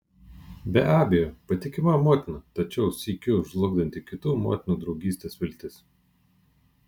be abejo patikima motina tačiau sykiu žlugdanti kitų motinų draugystės viltis